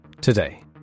Today